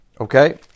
okay